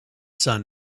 sun